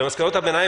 במסקנות הביניים,